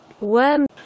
Worm